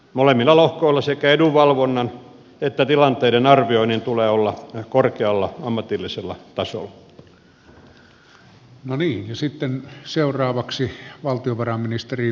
molemmilla lohkoilla sekä edunvalvonnan että tilanteiden arvioinnin tulee olla korkealla ammatillisella tasolla